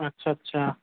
আচ্ছা আচ্ছা